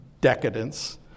decadence